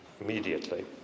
immediately